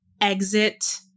exit